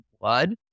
blood